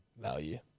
value